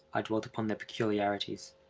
i dwelt upon their peculiarities.